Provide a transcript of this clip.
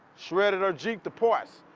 shredded her jeep, the porous.